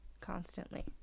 constantly